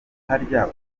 harya